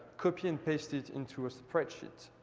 copy and paste it into a spreadsheet.